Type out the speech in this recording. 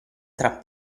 tra